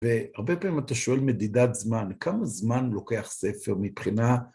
והרבה פעמים אתה שואל מדידת זמן, כמה זמן לוקח ספר מבחינה...